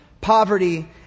poverty